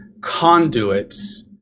conduits